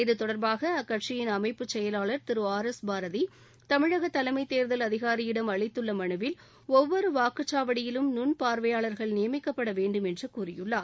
இத்தொடர்பாக அக்கட்சியின் அமைப்பு செயலாளர் திரு ஆர் எஸ் பாரதி தமிழக தலைமை தேர்தல் அதிகாரியிடம் அளித்த மனுவில் ஒவ்வொரு வாக்குச்சாவடியிலும் நுண் பார்வையாளர்கள் நியமிக்கப்பட வேண்டும் என்று கூறியுள்ளார்